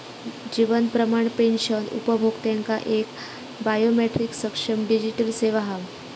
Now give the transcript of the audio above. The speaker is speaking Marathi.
जीवन प्रमाण पेंशन उपभोक्त्यांका एक बायोमेट्रीक सक्षम डिजीटल सेवा हा